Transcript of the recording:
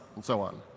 and so on.